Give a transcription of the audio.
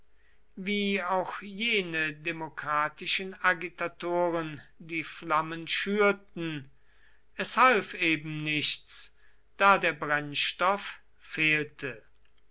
wie auch jene demokratischen agitatoren die flammen schürten es half eben nichts da der brennstoff fehlte